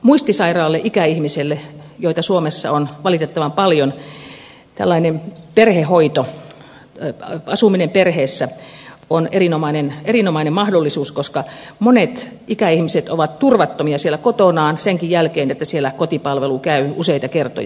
muistisairaille ikäihmisille joita suomessa on valitettavan paljon tällainen perhehoito asuminen perheessä on erinomainen mahdollisuus koska monet ikäihmiset ovat turvattomia siellä kotonaan senkin jälkeen että siellä kotipalvelu käy useita kertoja